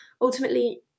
Ultimately